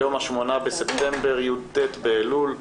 היום ה-8 בספטמבר, י"ט באלול.